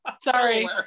Sorry